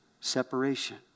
separation